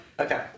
Okay